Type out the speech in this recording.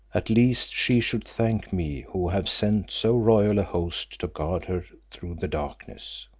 at least she should thank me who have sent so royal a host to guard her through the darkness.